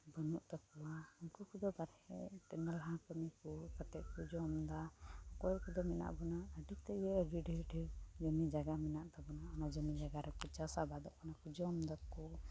ᱵᱟᱹᱱᱩᱜ ᱛᱟᱠᱚᱣᱟ ᱩᱱᱠᱩ ᱠᱚᱫᱚ ᱵᱟᱨᱦᱮ ᱛᱮ ᱱᱟᱞᱦᱟ ᱠᱟᱹᱢᱤ ᱠᱟᱛᱮᱫ ᱠᱚ ᱡᱚᱢᱫᱟ ᱚᱠᱚᱭ ᱠᱚᱫᱚ ᱢᱮᱱᱟᱜ ᱵᱚᱱᱟ ᱟᱹᱰᱤ ᱛᱮᱫ ᱜᱮ ᱰᱷᱮᱨ ᱰᱷᱮᱨ ᱡᱚᱢᱤ ᱡᱟᱭᱜᱟ ᱢᱮᱱᱟᱜ ᱛᱟᱵᱚᱱᱟ ᱚᱱᱟ ᱡᱚᱢᱤ ᱡᱟᱭᱜᱟ ᱨᱮᱠᱚ ᱪᱟᱥᱼᱟᱵᱟᱫᱚᱜ ᱠᱟᱱᱟ ᱠᱚ ᱡᱚᱢ ᱮᱫᱟᱠᱚ